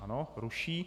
Ano, ruší.